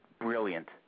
brilliant